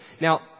Now